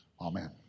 Amen